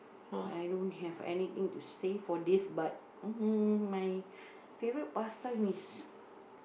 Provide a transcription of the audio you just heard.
I don't have anything to say for this but uh my favourite pastime is